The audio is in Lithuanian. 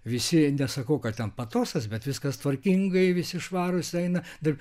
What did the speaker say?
visi nesakau kad ten patosas bet viskas tvarkingai visi švarūs eina dirbti